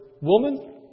Woman